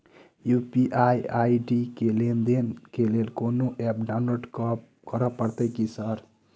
UPI ID लेनदेन केँ लेल कोनो ऐप डाउनलोड करऽ पड़तय की सर?